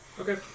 Okay